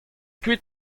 kuit